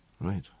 Right